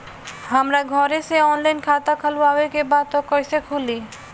हमरा घरे से ऑनलाइन खाता खोलवावे के बा त कइसे खुली?